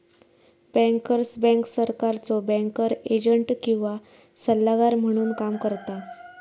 bankers bank सरकारचो banker agent किंवा सल्लागार म्हणून काम करता